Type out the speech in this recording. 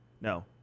No